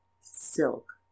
silk